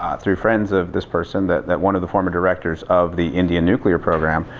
ah through friends of this person, that that one of the former directors of the indian nuclear program,